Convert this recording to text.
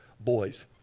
boys